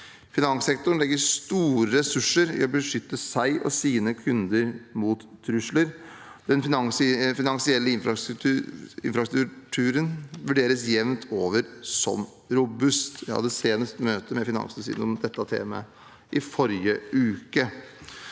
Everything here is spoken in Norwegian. Finanssektoren legger store ressurser i å beskytte seg og sine kunder mot trusler. Den finansielle infrastrukturen vurderes jevnt over som robust. Jeg hadde møte med Finanstilsynet om dette temaet senest i forrige uke.